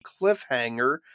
cliffhanger